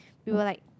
we will like